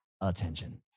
attention